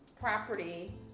property